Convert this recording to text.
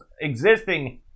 existing